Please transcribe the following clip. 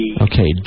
Okay